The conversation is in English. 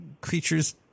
creatures